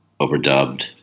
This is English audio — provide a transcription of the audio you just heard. overdubbed